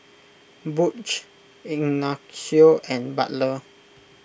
Butch Ignacio and Butler